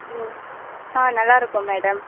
ம் ஆ நல்லா இருக்கோம் மேடம்